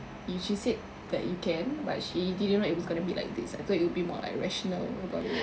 you she said that you can but she didn't like it's gonna be like this I thought you will be more rational about it